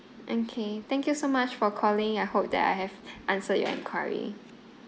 mm K thank you so much for calling I hope that I have answered your enquiry